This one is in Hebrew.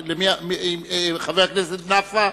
חבר הכנסת נפאע,